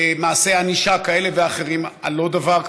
מעשי ענישה כאלה ואחרים על לא דבר.